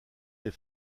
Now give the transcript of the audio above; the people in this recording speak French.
les